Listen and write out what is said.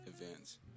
events